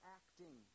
acting